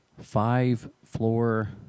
five-floor